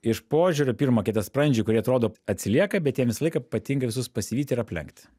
iš požiūrio pirma kietasprandžiai kurie atrodo atsilieka bet jiem visą laiką patinka visus pasivyti ir aplenkt